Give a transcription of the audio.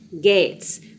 Gates